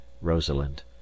rosalind